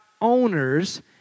owners